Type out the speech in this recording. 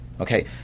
Okay